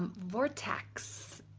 um vortex,